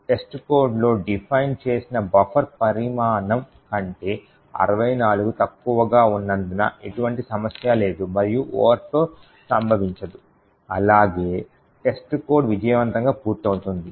testcodeలో define చేసిన buffer పరిమాణం కంటే 64 తక్కువగా ఉన్నందున ఎటువంటి సమస్య లేదు మరియు ఓవర్ఫ్లో సంభవించదు అలాగే testcode విజయవంతంగా పూర్తవుతుంది